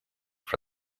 for